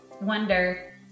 wonder